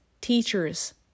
teachers